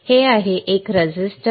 वेगळे घटक आहेत असे म्हणा एक रेझिस्टर